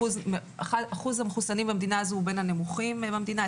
אחוז המחוסנים במדינה הזו הוא בין הנמוכים במדינה,